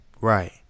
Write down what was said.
Right